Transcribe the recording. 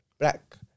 Black